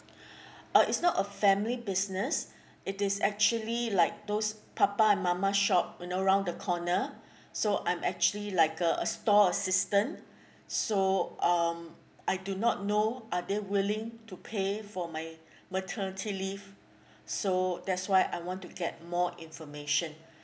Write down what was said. uh it's not a family business it is actually like those papa and mama shop you know around the corner so I'm actually like a a store assistant so um I do not know are they willing to pay for my maternity leave so that's why I want to get more information